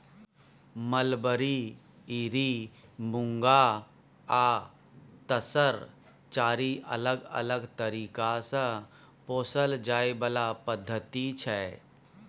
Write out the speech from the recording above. mulberry, eri, muga आ तसर चारि अलग अलग तरीका सँ पोसल जाइ बला पद्धति छै